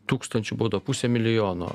tūkstančių bauda pusė milijono